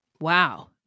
Wow